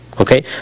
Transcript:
Okay